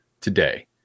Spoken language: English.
today